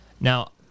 Now